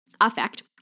affect